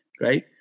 Right